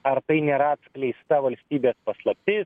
ar tai nėra atskleista valstybės paslaptis